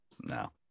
no